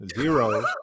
zero